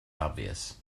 obvious